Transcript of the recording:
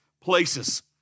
places